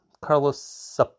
Carlos